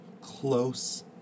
close